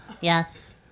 Yes